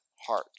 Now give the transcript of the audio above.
heart